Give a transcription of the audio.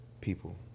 people